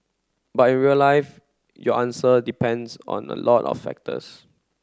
but in real life your answer depends on a lot of factors